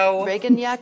Reagan